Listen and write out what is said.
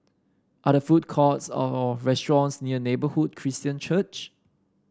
are there food courts or restaurants near Neighbourhood Christian Church